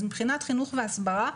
אז מבחינת חינוך והסברה,